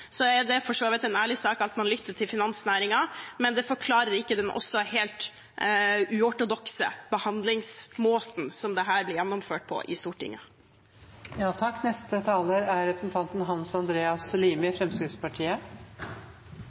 er det for så vidt en ærlig sak at man lytter til finansnæringen, men det forklarer ikke den helt uortodokse behandlingsmåten ved gjennomføringen av dette i Stortinget. Jeg har egentlig ikke sett noe behov for å ta ordet i